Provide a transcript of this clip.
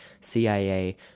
CIA